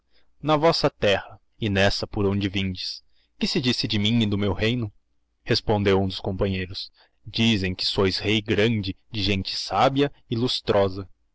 na vossa terra e nessa por onde vindes que se disse de mim e do meu reino respondeo hum dos companheiros dizem que sois rei grande de gente sabia e lustrosa